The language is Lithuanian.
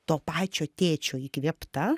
to pačio tėčio įkvėpta